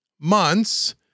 month's